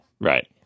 Right